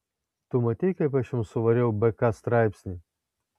tu matei kaip aš jam suvariau bk straipsnį